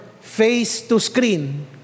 face-to-screen